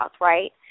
right